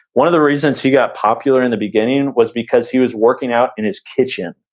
one of the reasons he got popular in the beginning was because he was working out in his kitchen.